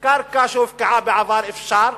קרקע שהופקעה בעבר אפשר?